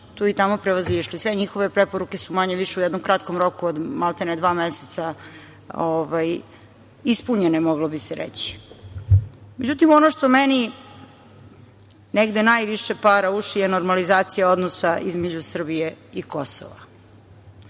tu i tamo prevazišli. Sve njihove preporuke su manje više u jednom kratkom roku u maltene dva meseca ispunjene, moglo bi se reći.Međutim, ono što meni negde najviše para uši je normalizacija odnosa između Srbije i Kosova.